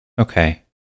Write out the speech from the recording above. Okay